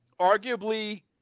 arguably